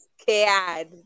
scared